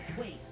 Wait